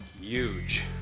huge